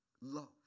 love